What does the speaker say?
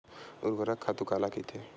ऊर्वरक खातु काला कहिथे?